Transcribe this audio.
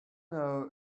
know